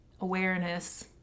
awareness